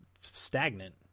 stagnant